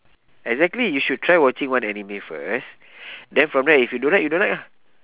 exactly you should try watching one anime first then from there if you don't like you don't like lah